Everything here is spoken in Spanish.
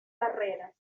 carreras